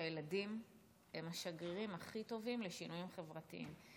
הילדים הם השגרירים הכי טובים לשינויים חברתיים.